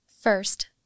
First